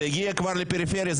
ההפגנות מגיעות כבר לפריפריה,